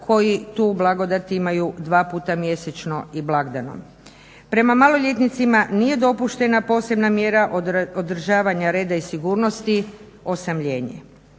koji tu blagodat imaju 2 puta mjesečno i blagdanom. Prema maloljetnicima nije dopuštena posebna mjera održavanja reda i sigurnosti – osamljenje.